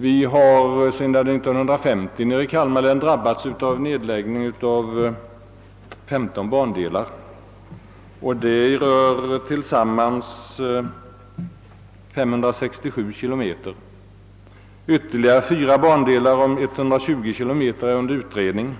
Sedan 1950 har vi i Kalmar län drabbats av nedläggning av 15 bandelar, och det rör tillsammans 567 kilometer. Frågan om nedläggning av ytterligare fyra bandelar om 120 km är under utredning,